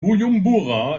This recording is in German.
bujumbura